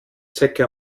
zecke